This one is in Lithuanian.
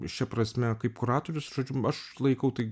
šia prasme kaip kuratorius žodžiu aš laikau tai